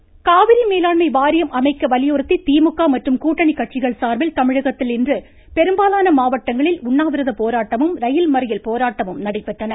மமமமமம திமுக காவிரி மேலாண்மை வாரியம் அமைக்க வலியுறுத்தி திமுக மற்றும் கூட்டணி கட்சிகள் சார்பில் தமிழகத்தில் இன்று பெரும்பாலான மாவட்டங்களில் உண்ணாவிரத போராட்டமும் ரயில் மறியல் போராட்டமும் நடைபெற்றன